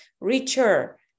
richer